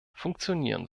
funktionieren